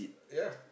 uh ya